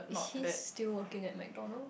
is his still working in McDonald's